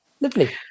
Lovely